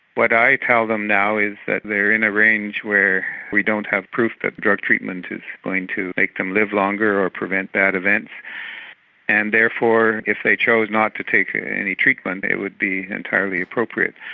what i tell them now is that they are in a range where we don't have proof that the drug treatment is going to make them live longer or prevent that event and therefore if they choose not to take any treatment it would be entirely appropriate.